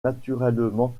naturellement